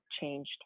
changed